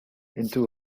into